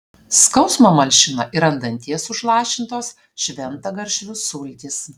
skausmą malšina ir ant danties užlašintos šventagaršvių sultys